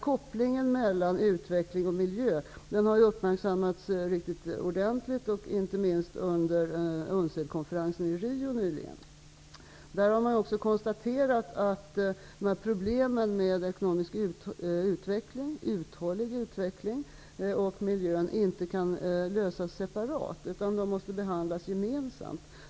Kopplingen mellan utveckling och miljö har uppmärksammats riktigt ordentligt, inte minst under UNCED-konferensen i Rio nyligen. Där har man också konstaterat att problemen med uthållig ekonomisk utveckling och med miljön inte kan lösas separat, utan de måste behandlas gemensamt.